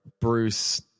Bruce